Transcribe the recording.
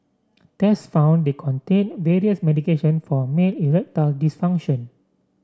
tests found they contained various medication for male erectile dysfunction